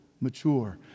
mature